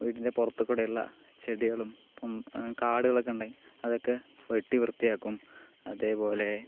വീട്ടിൻ്റെ പുറത്തെ കൂടെയുള്ള ചെടികളും കാടുകളൊക്കെ ഉണ്ട് അതൊക്കെ വെട്ടി വൃത്തിയാക്കും അതേപോലേ